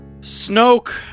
Snoke